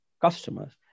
customers